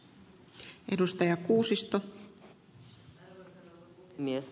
arvoisa rouva puhemies